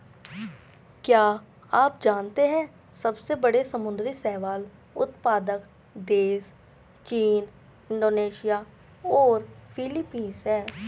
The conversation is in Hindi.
क्या आप जानते है सबसे बड़े समुद्री शैवाल उत्पादक देश चीन, इंडोनेशिया और फिलीपींस हैं?